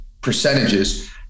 percentages